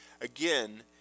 Again